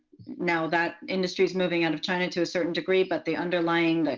now that industry is moving out of china, to a certain degree, but the underlining, like